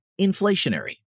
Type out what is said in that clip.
inflationary